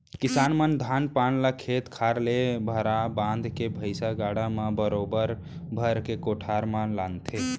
किसान मन धान पान ल खेत खार ले भारा बांध के भैंइसा गाड़ा म बरोबर भर के कोठार म लानथें